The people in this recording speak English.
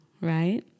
right